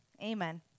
Amen